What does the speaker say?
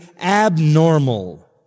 abnormal